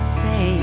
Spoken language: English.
say